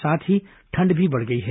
साथ ही ठंड भी बढ़ गई है